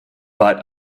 but